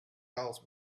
houses